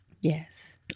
Yes